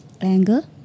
Anger